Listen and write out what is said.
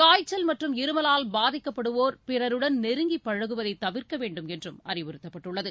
காய்ச்சல் மற்றும் இருமலால் பாதிக்கப்படுவோா் பிறருடன் நெருங்கிப் பழகுவதை தவிா்க்க வேண்டுமென்றும் அறிவுறுத்தப்பட்டுள்ளது